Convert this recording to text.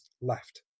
left